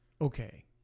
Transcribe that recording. Okay